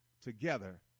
together